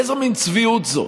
איזו מין צביעות זו?